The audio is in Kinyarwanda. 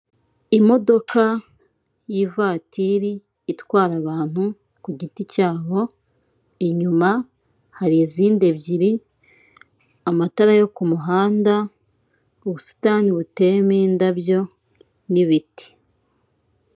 Imodoka y'ivatiri itwara abantu ku giti cyabo, inyuma hari izindi ebyiri, amatara yo ku muhanda ubusitani buteyemo indabyo n'ibiti.